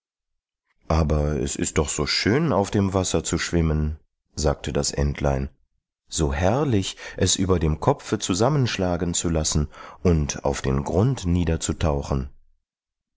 aber es ist so schön auf dem wasser zu schwimmen sagte das entlein so herrlich es über dem kopfe zusammenschlagen zu lassen und auf den grund